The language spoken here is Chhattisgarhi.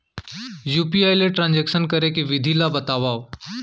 यू.पी.आई ले ट्रांजेक्शन करे के विधि ला बतावव?